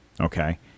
Okay